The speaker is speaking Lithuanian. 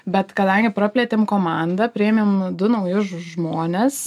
bet kadangi praplėtėm komandą priėmėm du naujus žmones